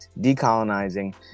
decolonizing